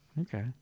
Okay